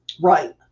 Right